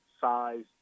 size